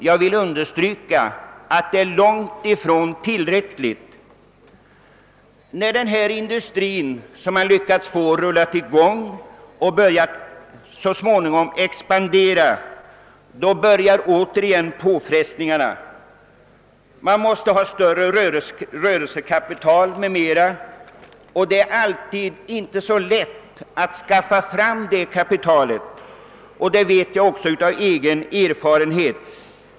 Jag vill dock understryka att detta är långt ifrån tillräckligt. När sedan den industri man lyckats få har rullat i gång och kanske expanderat, börjar åter igen påfrestningarna. Då gäller det att få fram större rörelsekapital, och det är inte alltid så lätt att skaffa fram detta kapital. Detta vet jag av egen erfarenhet.